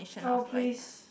oh please